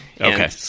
Okay